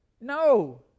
No